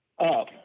up